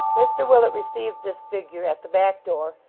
mr willet received this figure at the back-door,